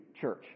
church